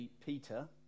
Peter